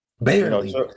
Barely